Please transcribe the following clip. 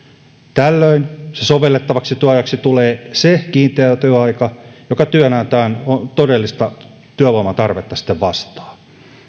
tällöin sovellettavaksi työajaksi tulee se kiinteä työaika joka työnantajan todellista työvoimatarvetta vastaa